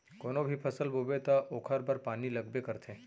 कोनो भी फसल बोबे त ओखर बर पानी लगबे करथे